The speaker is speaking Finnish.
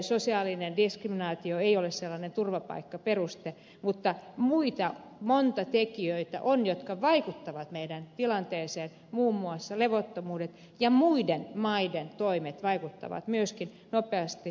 sosiaalinen diskriminaatio ei ole sellainen turvapaikkaperuste mutta on monia muita tekijöitä jotka vaikuttavat meidän tilanteeseemme muun muassa levottomuudet ja muiden maiden toimet vaikuttavat myöskin nopeasti